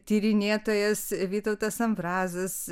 tyrinėtojas vytautas ambrazas